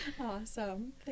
Awesome